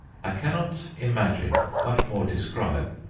i cannot imagine, much more describe,